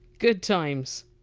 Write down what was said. good times!